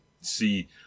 see